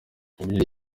imirire